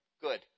Good